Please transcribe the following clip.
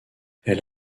elle